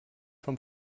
vom